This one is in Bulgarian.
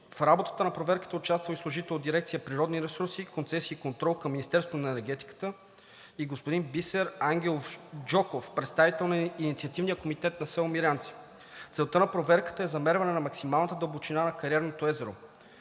В работата на проверките е участвал и служител от Дирекция „Природни ресурси, концесии и контрол“ към Министерството на енергетиката и господин Бисер Ангелов Джоков, представител на Инициативния комитет на село Мирянци. Целта на проверката е замерване на максималната дълбочина на кариерното езеро.